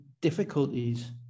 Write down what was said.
difficulties